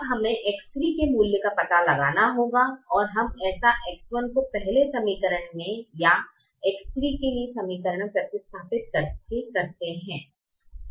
अब हमें X3 के मूल्य का पता लगाना होगा और हम ऐसा X1 को पहले समीकरण में या X3 के लिए समीकरण में प्रतिस्थापित करके करते हैं